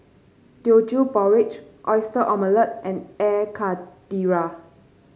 Teochew Porridge Oyster Omelette and Air Karthira